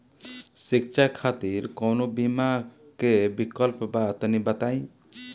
शिक्षा खातिर कौनो बीमा क विक्लप बा तनि बताई?